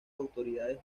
autoridades